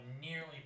nearly